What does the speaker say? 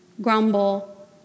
grumble